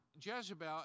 Jezebel